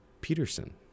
Peterson